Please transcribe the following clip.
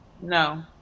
No